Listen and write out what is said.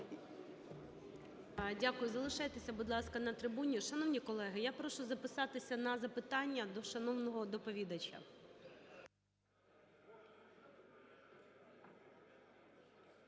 Дякую. Залишайтеся, будь ласка, на трибуні. Шановні колеги, я прошу записатися на запитання до шановного доповідача.